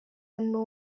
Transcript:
bantu